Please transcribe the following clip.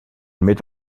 met